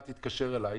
אל תתקשר אליי,